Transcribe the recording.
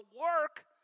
work